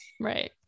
Right